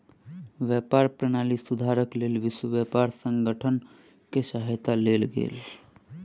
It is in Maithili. व्यापार प्रणाली सुधारक लेल विश्व व्यापार संगठन के सहायता लेल गेल